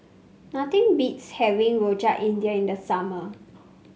nothing beats having Rojak India in the summer